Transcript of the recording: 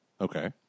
Okay